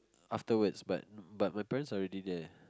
afterwards but but my parents are already there